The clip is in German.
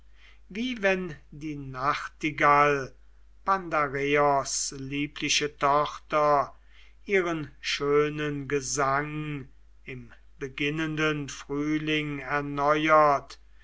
wie wenn die nachtigall pandareos liebliche tochter ihren schönen gesang im beginnenden frühling erneuert